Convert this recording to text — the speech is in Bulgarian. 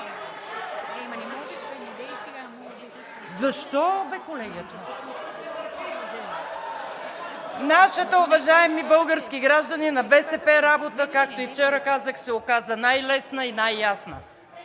Защо бе, колеги?! (Силен шум.) Нашата, уважаеми български граждани, на БСП работа, както и вчера казах, се оказа най-лесна и най-ясна.